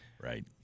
Right